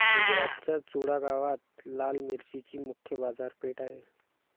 गुजरातच्या चुडा गावात लाल मिरचीची मुख्य बाजारपेठ आहे